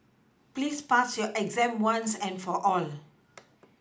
please pass your exam once and for all